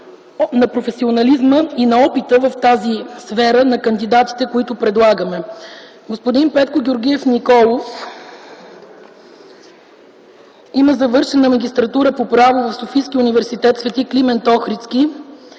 на професионализма и на опита в тази сфера на кандидатите, които предлагаме. Господин Петко Георгиев Николов има завършена магистратура по право в Софийския университет „Св. Климент Охридски”,